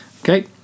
Okay